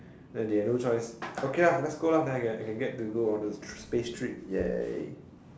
like they have no choice okay lah let's go lah then I can I can get to go on a space trip !yay!